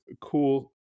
cool